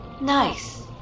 nice